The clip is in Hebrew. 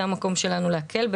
זה המקום שלנו להקל,